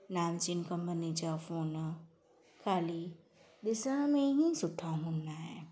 नामचीन कंपनी जा फ़ोन ख़ाली ॾिसण में ई सुठा हूंदा आहिनि